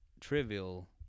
trivial